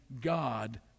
God